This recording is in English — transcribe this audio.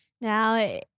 Now